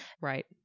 Right